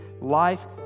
life